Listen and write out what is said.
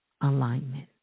alignment